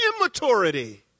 immaturity